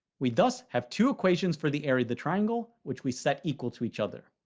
we thus have two equations for the area of the triangle, which we set equal to each other.